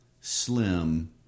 Slim